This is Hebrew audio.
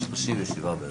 37 בערך.